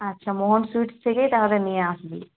আচ্ছা মোহন স্যুইটস থেকেই তাহলে নিয়ে আসবি